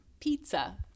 pizza